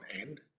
end